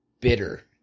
bitter